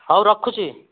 ହଉ ରଖୁଛି